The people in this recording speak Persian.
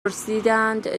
پرسیدند